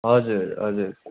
हजुर हजुर